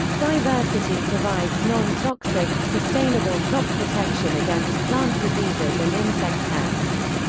diversity provides non-toxic, sustainable crop protection against plant diseases and insect pests.